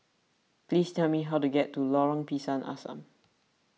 please tell me how to get to Lorong Pisang Asam